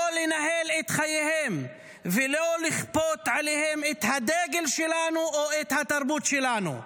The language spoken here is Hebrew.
לא לנהל את חייהם ולא לכפות עליהם את הדגל שלנו או את התרבות שלנו.